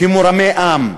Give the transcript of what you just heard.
כמורמי עם.